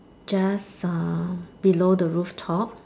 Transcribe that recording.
just uh below the rooftop